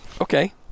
Okay